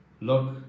look